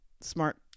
smart